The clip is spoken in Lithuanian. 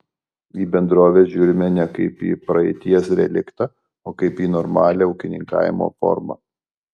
į bendroves žiūrime ne kaip į praeities reliktą o kaip į normalią ūkininkavimo formą